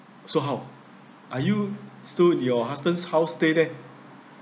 so how are you still at your husband's house stay there